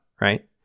Right